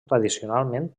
tradicionalment